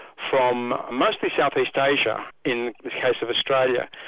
from mostly south east asia in the case of australia,